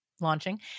launching